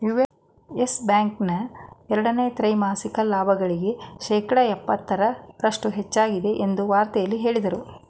Yes Bank ನ ಎರಡನೇ ತ್ರೈಮಾಸಿಕ ಲಾಭಗಳಿಗೆ ಶೇಕಡ ಎಪ್ಪತೈದರಷ್ಟು ಹೆಚ್ಚಾಗಿದೆ ಎಂದು ವಾರ್ತೆಯಲ್ಲಿ ಹೇಳದ್ರು